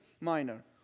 Minor